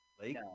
lake